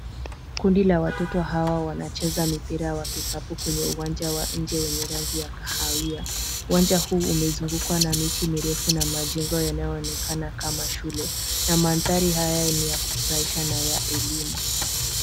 Kundi la watoto hawa wanacheza mpira wa kikapu kwenye uwanja wa nje wenye rangi ya kahawia. Uwanja huu umezungukwa na miti mirefu na majengo yanayoonekana kama shule na mandhari haya ni ya kufurahisha na ya elimu.